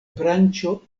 branĉo